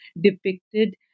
depicted